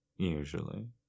Usually